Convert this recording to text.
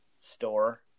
store